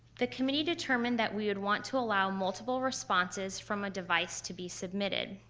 the committee determined that we would want to allow multiple responses from a device to be submitted.